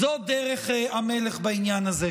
זו דרך המלך בעניין הזה.